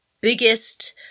biggest